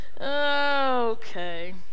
Okay